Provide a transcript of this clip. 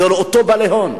לאותם בעלי הון.